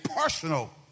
personal